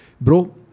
bro